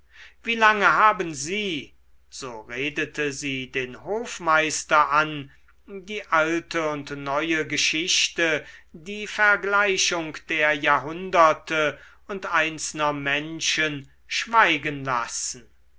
wie lange haben sie so redete sie den hofmeister an die alte und neue geschichte die vergleichung der jahrhunderte und einzelner menschen schweigen lassen